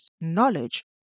knowledge